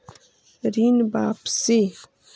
ऋण वापसी?